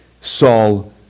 Saul